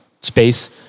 space